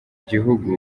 gihugu